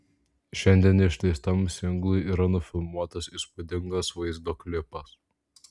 šiandien išleistam singlui yra nufilmuotas įspūdingas vaizdo klipas